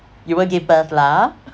you won't give birth lah ah